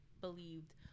believed